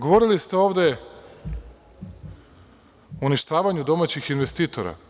Govorili ste ovde o uništavanju domaćih investitora.